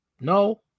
No